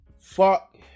Fuck